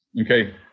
Okay